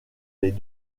les